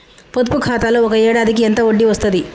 పొదుపు ఖాతాలో ఒక ఏడాదికి ఎంత వడ్డీ వస్తది?